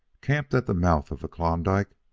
camped at the mouth of the klondike,